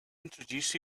introduce